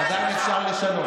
עדיין אפשר לשנות.